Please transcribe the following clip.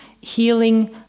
healing